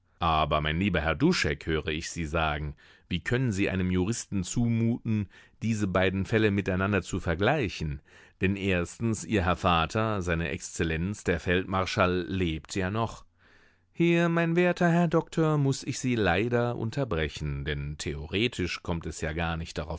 aber mein lieber herr duschek höre ich sie sagen wie können sie einem juristen zumuten diese beiden fälle miteinander zu vergleichen denn erstens ihr herr vater seine exzellenz der feldmarschall lebt ja noch hier mein werter herr doktor muß ich sie leider unterbrechen denn theoretisch kommt es ja gar nicht